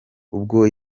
ubwo